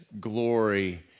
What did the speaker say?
glory